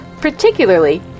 particularly